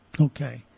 Okay